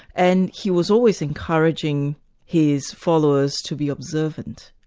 and he was always encouraging his followers to be observant,